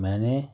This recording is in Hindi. मैंने